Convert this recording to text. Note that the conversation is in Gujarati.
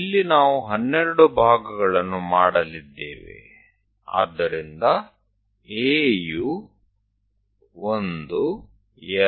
અહીંયા આપણે 12 સમાન ભાગો બનાવવા જઈ રહ્યા છીએ